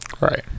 right